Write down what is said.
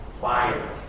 fire